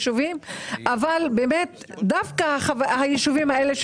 שאנחנו לא נאשר כאן תקציב שבאמת אחרי שהוא יעבור,